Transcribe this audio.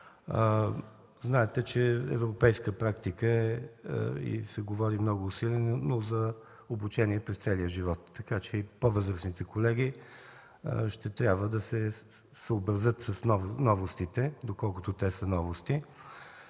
Знаете, че е европейска практика, и се говори много усилено за обучение през целия живот, така че и по-възрастните колеги ще трябва да се съобразят с новостите, доколкото те са новости.